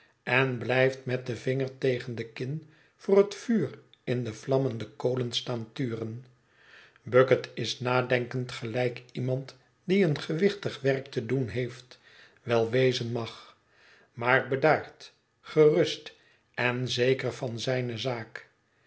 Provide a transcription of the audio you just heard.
en blijft met den vinger tegen de kin voor het vuur in de vlammende kolen staan turen bucket is nadenkend gelijk iemand die een gewichtig werk te doen heeft wel wezen mag maar bedaard gerust en zeker van zijne zaak